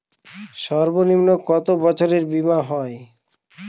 সর্বনিম্ন কত বছরের বীমার হয়?